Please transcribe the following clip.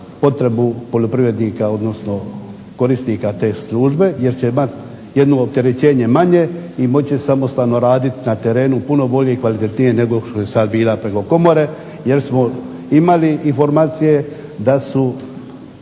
potrebu poljoprivrednika, odnosno korisnika te službe jer će imati jedno opterećenje manje i moći će samostalno raditi na terenu puno bolje i kvalitetnije nego što je sad bila preko Komore jer smo imali informacije da su